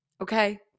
Okay